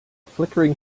flickering